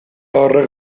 horrek